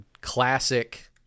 classic